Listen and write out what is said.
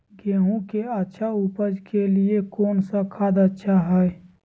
गेंहू के अच्छा ऊपज के लिए कौन खाद अच्छा हाय?